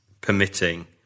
permitting